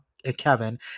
Kevin